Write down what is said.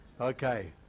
okay